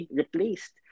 replaced